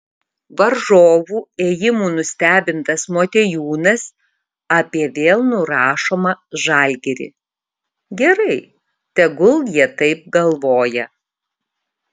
varžovų ėjimų nustebintas motiejūnas apie vėl nurašomą žalgirį gerai tegul jie taip galvoja